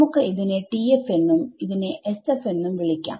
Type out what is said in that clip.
നമുക്ക് ഇതിനെ TF എന്നും ഇതിനെ SF എന്നും വിളിക്കാം